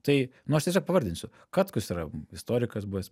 tai nu aš tiesiog pavardinsiu katkus yra istorikas buvęs